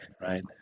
right